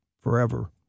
forever